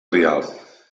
rialp